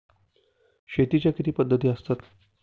शेतीच्या किती पद्धती असतात?